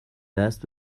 دست